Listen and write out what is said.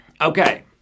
Okay